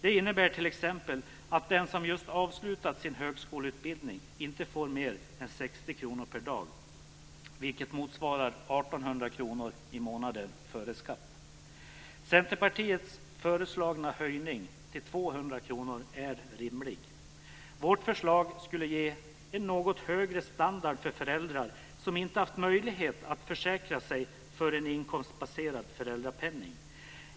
Det innebär t.ex. att den som just avslutat sin högskoleutbildning inte får mer än 60 kr per dag i föräldrapenning, vilket motsvarar 1 800 kr i månaden före skatt. Centerpartiets föreslagna höjning till 200 kr är rimlig. Vårt förslag skulle ge en något högre standard för föräldrar som inte haft möjlighet att försäkra sig för en inkomstbaserad föräldrapenning.